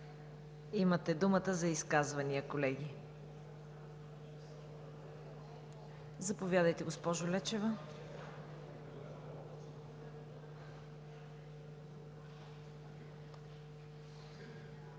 Имате думата за изказвания, колеги. Заповядайте, госпожо Лечева.